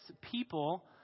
people